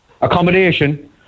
accommodation